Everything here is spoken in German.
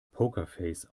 pokerface